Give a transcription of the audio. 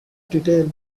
detail